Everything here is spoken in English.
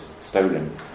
stolen